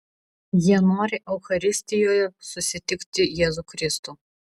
jie nori eucharistijoje susitikti jėzų kristų